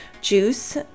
juice